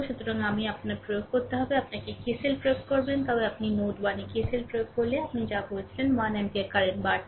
সুতরাং আপনি আপনার প্রয়োগ করতে হবে আপনি যদি KCL প্রয়োগ করেন তবে আপনি নোড 1 এ KCL প্রয়োগ করলে আপনি যা বলেছিলেন 1 অ্যাম্পিয়ার কারেন্ট বাড়ছে